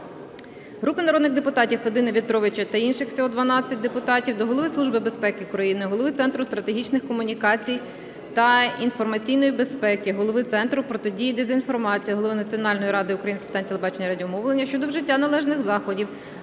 Групи народних депутатів (Федини, В'ятровича та інших. Всього 12 депутатів) до Голови Служби безпеки України, голови Центру стратегічних комунікацій та інформаційної безпеки, Голови Центру протидії дезінформації, Голови Національної ради України з питань телебачення і радіомовлення щодо вжиття належних заходів